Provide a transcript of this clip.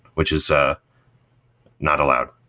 which is ah not allowed